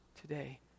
today